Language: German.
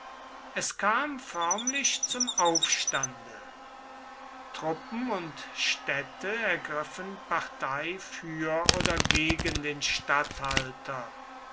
es kam förmlich zum aufstande truppen und städte ergriffen partei für oder gegen den statthalter